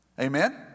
Amen